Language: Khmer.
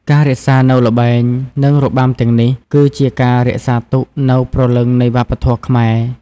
ការរក្សានូវល្បែង និងរបាំទាំងនេះ គឺជាការរក្សាទុកនូវព្រលឹងនៃវប្បធម៌ខ្មែរ។